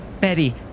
Betty